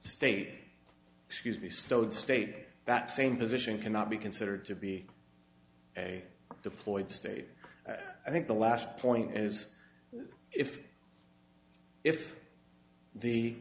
state excuse me stowed state that same position cannot be considered to be a deployed state i think the last point is if if the